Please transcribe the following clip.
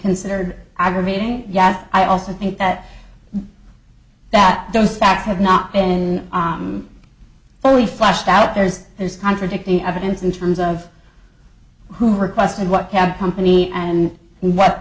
considered aggravating yet i also think that that those facts have not been fully fleshed out there is there's contradicting evidence in terms of who requested what cab company and what